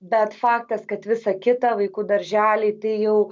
bet faktas kad visa kita vaikų darželiai tai jau